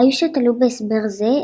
היו שתלו בהסבר זה,